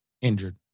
injured